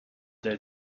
their